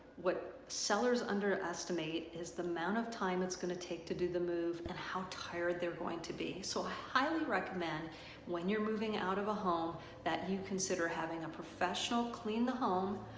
what sellers underestimate is the amount of time it's going to take to do the move and how tired they're going to be. so highly recommend when you're moving out of a home that you consider having a professional clean the home.